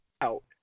out